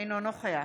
אינו נוכח